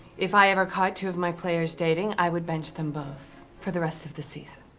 if i ever caught two of my players dating, i would bench them both for the rest of the season.